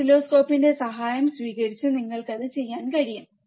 ഓസിലോസ്കോപ്പിന്റെ സഹായം സ്വീകരിച്ച് നിങ്ങൾക്ക് അത് ചെയ്യാൻ കഴിയും